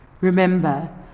Remember